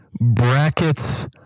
Brackets